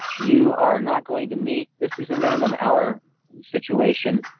you are not going to meet. this is a minimum hour situation.